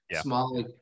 small